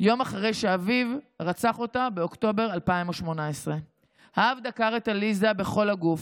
יום אחרי שאביו רצח אותה באוקטובר 2018. האב דקר את עליזה בכל הגוף,